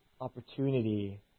opportunity